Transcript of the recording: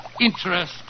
interest